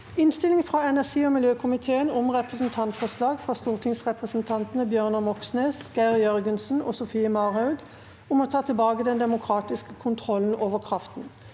Innstilling fra energi- og miljøkomiteen om Repre- sentantforslag fra stortingsrepresentantene Bjørnar Moxnes, Geir Jørgensen og Sofie Marhaug om å ta tilbake den demokratiske kontrollen over kraften